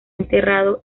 enterrado